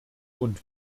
und